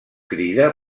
crida